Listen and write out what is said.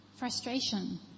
Frustration